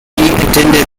attended